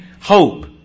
hope